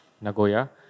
Nagoya